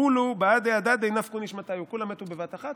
כולהו בהדי הדדי נפקו נשמתייהו" כולם מתו בבת אחת,